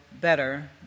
better